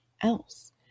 else